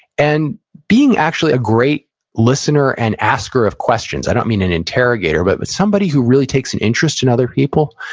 and being actually a great listener and asker of questions. i don't mean an interrogator, but but somebody who really takes an interest in other people,